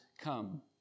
come